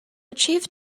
achieved